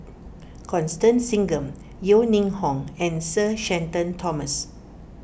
Constance Singam Yeo Ning Hong and Sir Shenton Thomas